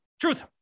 Truth